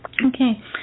okay